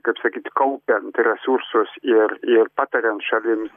kaip sakyt kaupiant resursus ir ir patariant šalims